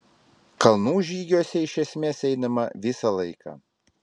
kalnų žygiuose iš esmės einama visą laiką